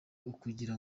ukugira